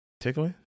Tickling